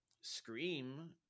Scream